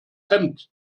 hemd